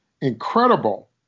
incredible